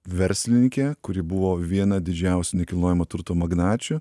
verslininkę kuri buvo viena didžiausių nekilnojamo turto magnačių